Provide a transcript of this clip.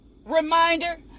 reminder